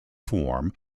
form